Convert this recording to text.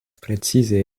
precize